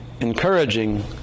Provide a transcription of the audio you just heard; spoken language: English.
encouraging